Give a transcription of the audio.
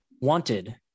wanted